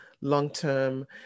long-term